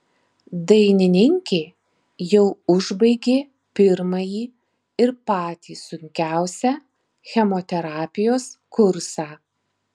dainininkė jau užbaigė pirmąjį ir patį sunkiausią chemoterapijos kursą